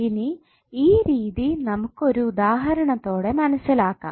ഇനി ഈ രീതി നമുക്ക് ഒരു ഉദാഹരണത്തോടെ മനസ്സിലാക്കാം